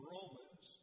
Romans